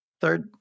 Third